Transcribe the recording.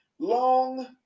long